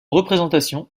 représentation